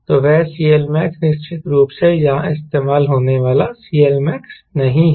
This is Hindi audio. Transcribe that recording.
तो वह CLmax निश्चित रूप से यहाँ इस्तेमाल होने वाला CLmax नहीं है